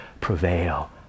prevail